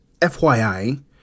FYI